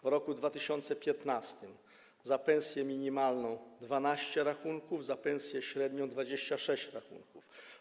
W roku 2015 za pensję minimalną - 12 rachunków, za pensję średnią - 26 rachunków.